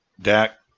Dak